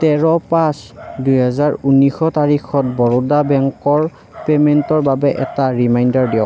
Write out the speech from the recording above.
তেৰ পাঁচ দুহেজাৰ উন্নিছশ তাৰিখত বৰোদা বেংকৰ পে'মেণ্টৰ বাবে এটা ৰিমাইণ্ডাৰ দিয়ক